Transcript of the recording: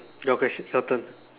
mm your question your turn